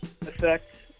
effect